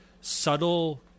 subtle